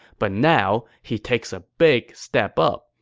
but now, he takes a big step up,